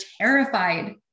terrified